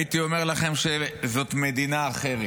הייתי אומר לכם שזאת מדינה אחרת.